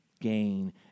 gain